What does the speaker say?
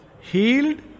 healed